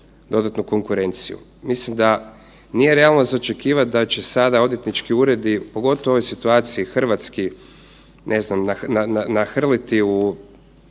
dodatnu konkurenciju. Mislim da nije realno za očekivat da će sada odvjetnički uredi pogotovo u ovoj situaciji hrvatski, ne znam, nahrliti u